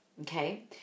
okay